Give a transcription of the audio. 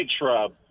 shrub